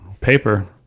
paper